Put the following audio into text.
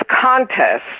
contest